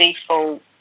default